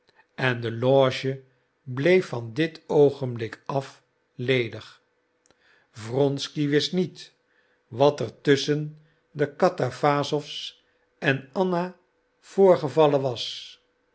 en de loge bleef van dit oogenblik af ledig wronsky wist niet wat er tusschen de katawassow's en anna voorgevallen was